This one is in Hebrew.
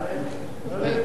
סעיפים 1 9 נתקבלו.